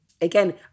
again